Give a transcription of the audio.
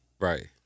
Right